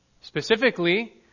Specifically